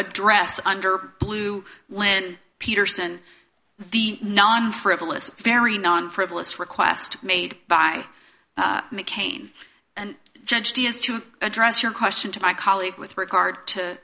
address under blue peterson the non frivolous very non frivolous request made by mccain and judge he has to address your question to my colleague with regard to